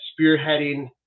spearheading